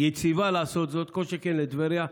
יציבה לעשות זאת, כל שכן לטבריה.